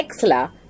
Exla